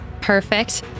Perfect